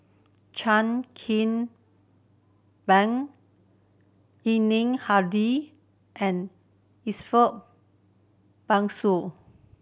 Chan Kim Boon Yuni Hadi and Ariff Bongso